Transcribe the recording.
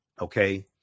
okay